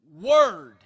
word